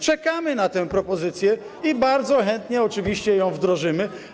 Czekamy na tę propozycję i bardzo chętnie oczywiście ją wdrożymy.